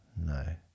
No